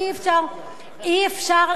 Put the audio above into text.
אי-אפשר,